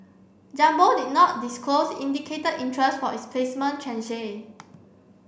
jumbo did not disclose indicated interest for its placement tranche